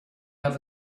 have